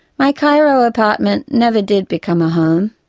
my cairo apartment never did become a home.